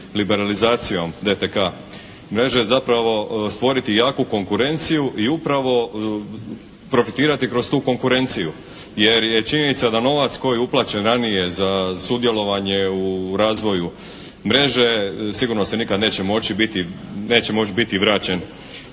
liberalizacijom DTK-a mreže zapravo stvoriti jaku konkurenciju i upravo profitirati kroz tu konkurenciju. Jer je činjenica da je novac koji je uplaćen ranije za sudjelovanje u razvoju mreže, sigurno se nikad neće moći biti, neće